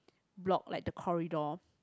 block like the corridor